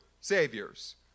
saviors